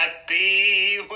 happy